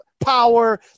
power